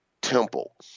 Temple